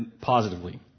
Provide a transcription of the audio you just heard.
positively